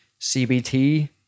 CBT